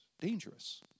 dangerous